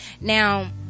now